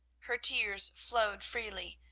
her tears flowed freely,